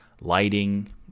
lighting